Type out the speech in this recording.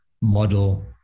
model